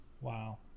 wow